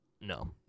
No